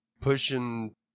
pushing